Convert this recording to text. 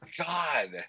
god